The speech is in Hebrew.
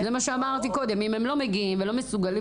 זה מה שאמרתי קודם אם הם לא מגיעים ולא מסוגלים